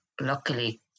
luckily